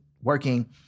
working